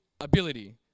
ability